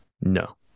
No